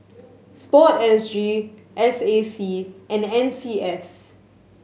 Sport S G S A C and N C S